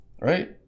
Right